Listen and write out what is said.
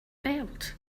belt